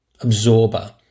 absorber